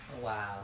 Wow